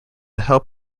help